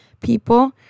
people